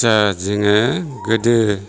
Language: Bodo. आटसा जोङो गोदो